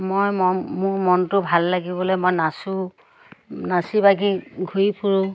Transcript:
মই ম মোৰ মনটো ভাল লাগিবলে মই নাচোঁ নাচি বাগি ঘূৰি ফুুৰোঁ